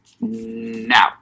now